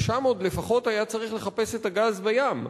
ושם עוד לפחות היה צריך לחפש את הגז בים,